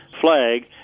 flag